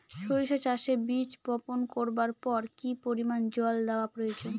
সরিষা চাষে বীজ বপন করবার পর কি পরিমাণ জল দেওয়া প্রয়োজন?